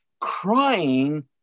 crying